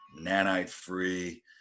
Nanite-free